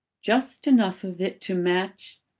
just enough of it to match